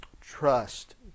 trust